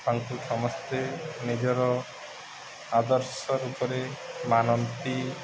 ତାଙ୍କୁ ସମସ୍ତେ ନିଜର ଆଦର୍ଶ ରୂପରେ ମାନନ୍ତି